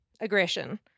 Aggression